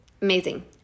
Amazing